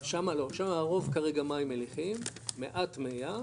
שמה לא, שמה הרוב כרגע מים מליחים, מעט מי ים,